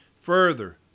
Further